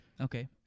Okay